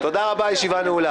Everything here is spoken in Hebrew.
הישיבה ננעלה